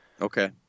Okay